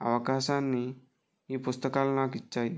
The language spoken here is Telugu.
అవకాశాన్ని ఈ పుస్తకాలు నాకు ఇచ్చాయి